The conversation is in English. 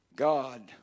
God